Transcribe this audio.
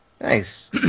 Nice